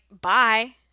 bye